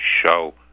show